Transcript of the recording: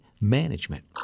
management